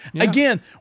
again